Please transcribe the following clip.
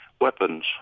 weapons